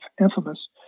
infamous